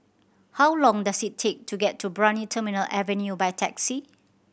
how long does it take to get to Brani Terminal Avenue by taxi